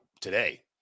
today